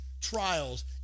trials